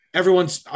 Everyone's